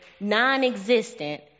non-existent